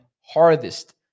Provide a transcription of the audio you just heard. hardest